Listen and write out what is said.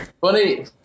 Funny